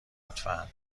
لطفا